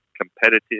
competitive